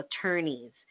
attorneys